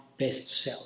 bestseller